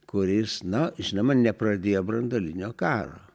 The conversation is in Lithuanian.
kuris no žinoma nepradėjo branduolinio karo